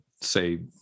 say